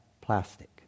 plastic